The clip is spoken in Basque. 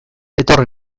etorri